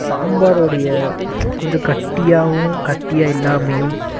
சாம்பாருடைய கொஞ்சம் கட்டியாகவும் கட்டியாக இல்லாமையும்